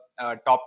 top